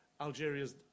Algeria's